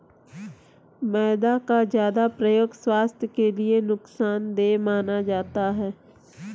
मैदा का ज्यादा प्रयोग स्वास्थ्य के लिए नुकसान देय माना जाता है